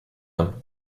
him